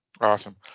Awesome